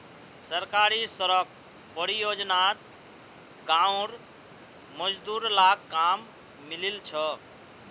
सरकारी सड़क परियोजनात गांउर मजदूर लाक काम मिलील छ